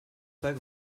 pas